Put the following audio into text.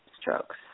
strokes